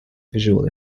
visual